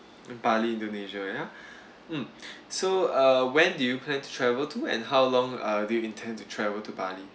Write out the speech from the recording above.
in bali indonesia ya mm so uh when do you plan to travel to and how long uh do you intend to travel to bali